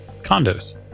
condos